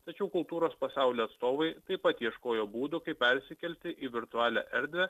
tačiau kultūros pasaulio atstovai taip pat ieškojo būdų kaip persikelti į virtualią erdvę